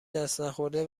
دستنخورده